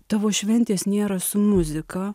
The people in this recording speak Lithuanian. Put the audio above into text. tavo šventės nėra su muzika